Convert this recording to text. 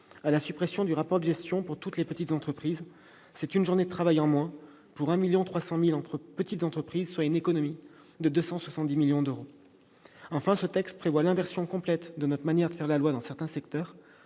à la suppression du rapport de gestion pour toutes les petites entreprises, ce qui représente une journée de travail en moins pour 1,3 million de petites entreprises, soit une économie de 270 millions d'euros. Enfin, l'inversion complète de notre manière de faire la loi dans certains secteurs